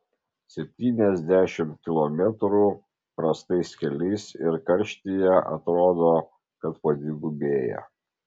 septyniasdešimt kilometrų prastais keliais ir karštyje atrodo kad padvigubėja